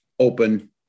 open